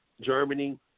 Germany